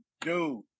Dude